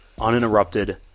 uninterrupted